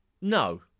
No